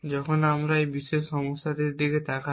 যখন আমরা এই বিশেষ সমস্যাটির দিকে তাকাই